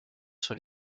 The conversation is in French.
sur